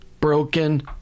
broken